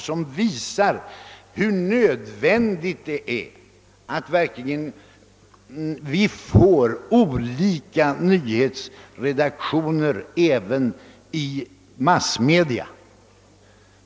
Detta visar hur nödvändigt det är att vi verkligen får olika nyhetsredaktioner även i massmedia.